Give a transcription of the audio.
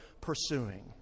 pursuing